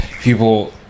people